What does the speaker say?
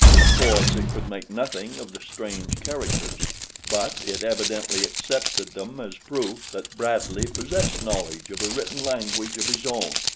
of course it could make nothing of the strange characters but it evidently accepted them as proof that bradley possessed knowledge of a written language of his own,